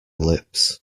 lips